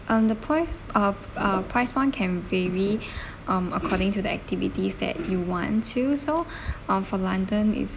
um the price of uh price one can vary um according to the activities that you want to so uh for london is